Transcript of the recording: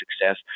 success